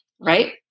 right